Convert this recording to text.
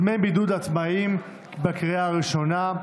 (דמי בידוד לעצמאים), לקריאה הראשונה.